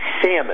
salmon